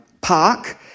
park